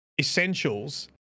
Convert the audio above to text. essentials